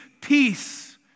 peace